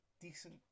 decent